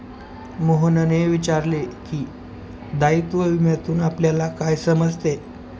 मोहनने विचारले की, दायित्व विम्यातून आपल्याला काय समजते?